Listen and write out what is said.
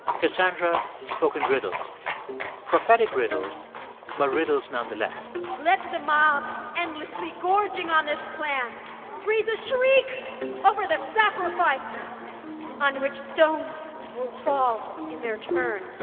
cassandra spoke in riddles prophetic riddles but riddles nonetheless let the mob endlessly gorging on this clan raise a shriek over the sacrifice on which stones will fall in their turn